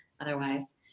otherwise